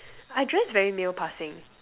I dress very male passing